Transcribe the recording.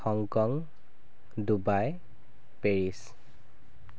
Hong Kong Dubai Paris